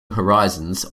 horizons